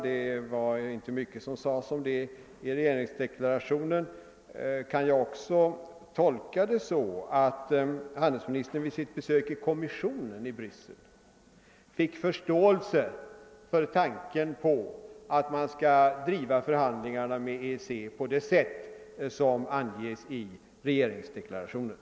Det sades inte mycket därom i regeringsdeklarationen Kan jag även tolka detta så att handelsministern vid sitt besök i kommissionen i Bryssel fick förståelse för tanken på att förhandlingarna med EEC skall drivas på det sätt som anges i regeringsdeklarationen?